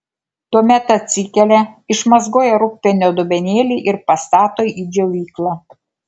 tuomet atsikelia išmazgoja rūgpienio dubenėlį ir pastato į džiovyklą